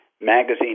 magazine